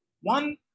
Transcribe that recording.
One